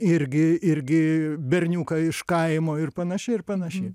irgi irgi berniuką iš kaimo ir panašiai ir panašiai